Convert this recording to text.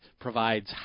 provides